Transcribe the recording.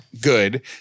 Good